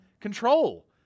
control